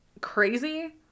crazy